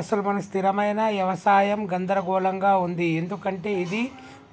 అసలు మన స్థిరమైన యవసాయం గందరగోళంగా ఉంది ఎందుకంటే ఇది